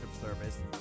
service